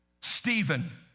Stephen